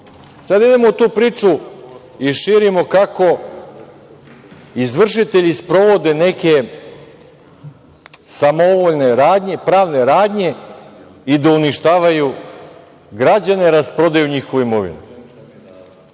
idemo u tu priču i širimo kako izvršitelji sprovode neke samovoljne radnje, pravne radnje i da uništavaju građane, rasprodaju njihovu imovinu.